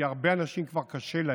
כי הרבה אנשים כבר קשה להם,